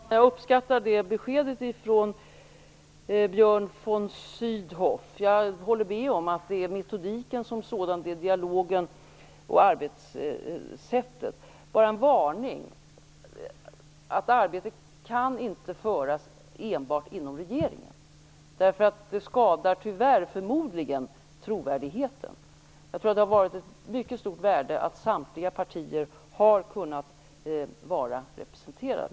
Herr talman! Jag uppskattar det beskedet från Björn von Sydow och håller med om metodiken som sådan, dialogen och arbetssättet. Jag vill bara uttala en varning: Arbetet kan inte föras enbart inom regeringen, därför att det förmodligen, tyvärr, skadar trovärdigheten. Jag tror att det är av mycket stort värde att samtliga partier kan vara representerade.